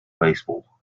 baseball